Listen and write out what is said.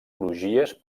crugies